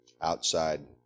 outside